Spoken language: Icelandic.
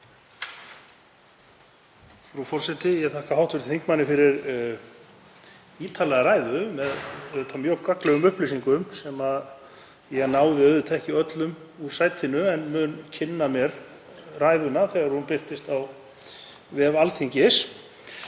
Frú forseti. Ég þakka hv. þingmanni fyrir ítarlega ræðu með mjög gagnlegum upplýsingum, sem ég náði auðvitað ekki öllum úr sætinu en ég mun kynna mér ræðuna þegar hún birtist á vef Alþingis.